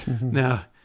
Now